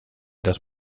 das